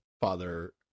father